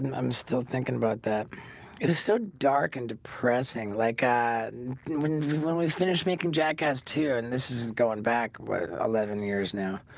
i'm still thinking about that it is so dark and depressing like when when we finish making jackass two and this is going back what eleven years now?